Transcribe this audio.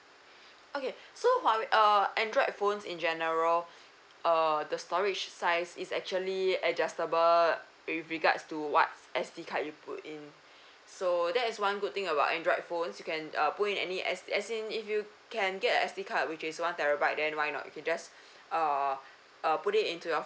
okay so Huawei uh Android phones in general uh the storage size is actually adjustable with regards to what S_D card you put in so that is one good thing about Android phones you can uh put in any as as in if you can get a S_D card which is one terabyte then why not you can just uh uh put it into your